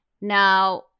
Now